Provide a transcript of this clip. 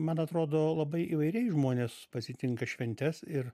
man atrodo labai įvairiai žmonės pasitinka šventes ir